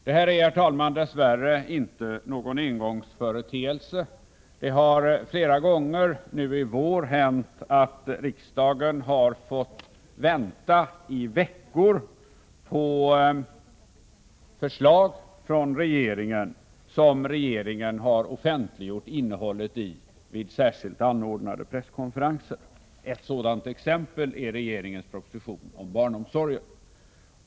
Det här, herr talman, är dess värre inte någon engångsföreteelse — det har flera gånger nu under våren hänt att riksdagen har fått vänta i veckor på förslag från regeringen som regeringen har offentliggjort innehållet i vid särskilt anordnade presskonferenser. Ett exempel på sådant är regeringens proposition om barnomsorgen.